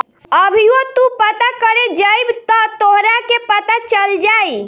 अभीओ तू पता करे जइब त तोहरा के पता चल जाई